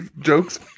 jokes